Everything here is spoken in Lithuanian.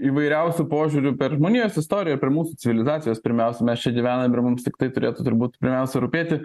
įvairiausių požiūrių per žmonijos istoriją per mūsų civilizacijos pirmiausia mes čia gyvenam ir mums tiktai turėtų turbūt pirmiausia rūpėti